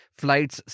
flights